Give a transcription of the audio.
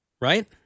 right